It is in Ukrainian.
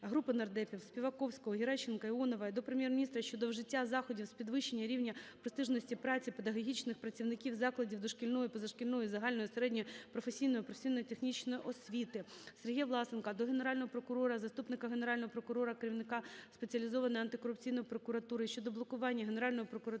Групи нардепів (Співаковського, Геращенко, Іонової) до Прем'єр-міністра щодо вжиття заходів з підвищення рівня престижності праці педагогічних працівників закладів дошкільної, позашкільної, загальної середньої, професійної (професійно-технічної) освіти. Сергія Власенка до Генерального прокурора, заступника Генерального прокурора, керівника Спеціалізованої антикорупційної прокуратури